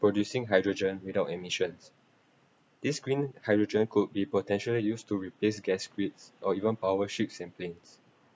producing hydrogen without emissions this green hydrogen could be potentially used to replace gas grids or even power ships and planes